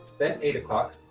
then eight o'clock,